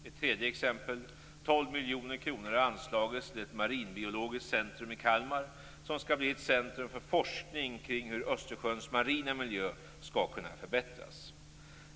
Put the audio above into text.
Ett tredje exempel: 12 miljoner kronor har anslagits till ett marinbiologiskt centrum i Kalmar, som skall bli ett centrum för forskning kring hur Östersjöns marina miljö skall kunna förbättras.